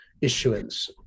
issuance